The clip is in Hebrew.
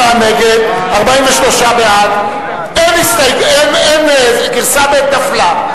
57 נגד, 43 בעד, גרסה ב' נפלה.